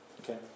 okay